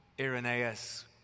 Irenaeus